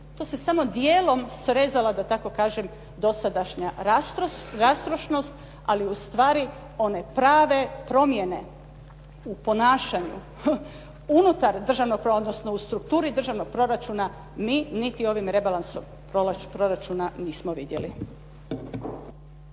to se samo dijelom srezala, da tako kažem dosadašnja rastrošnost, ali ustvari one prave promjene u ponašanju unutar državnog proračuna, odnosno u strukturi državnog proračuna, mi niti ovim rebalansom proračuna nismo vidjeli.